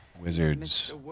wizards